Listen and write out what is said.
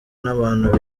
n’abantu